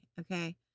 okay